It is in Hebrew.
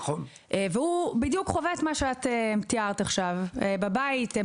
הוא חווה בדיוק את מה שתיארת עכשיו: בבית הם